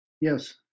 Yes